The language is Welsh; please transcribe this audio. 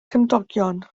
cymdogion